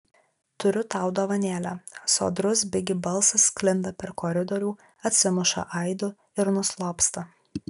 turiu tau dovanėlę sodrus bigi balsas sklinda per koridorių atsimuša aidu ir nuslopsta